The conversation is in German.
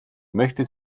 möchte